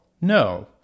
no